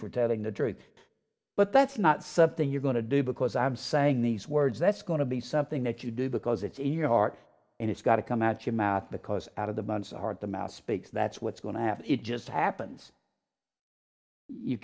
for telling the truth but that's not something you're going to do because i'm saying these words that's going to be something that you do because it's in your heart and it's got to come out your mouth because out of the bunch heart the mouth speaks that's what's going to have it just happens you